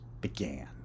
began